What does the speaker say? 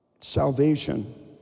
Salvation